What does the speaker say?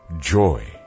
joy